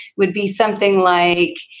would be something like,